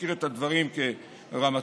מכיר את הדברים כרמטכ"ל.